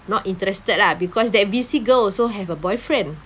not interested lah because that V_C girl also have a boyfriend